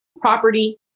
property